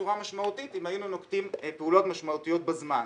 בצורה משמעותית אם היינו נוקטים פעולות משמעותיות בזמן.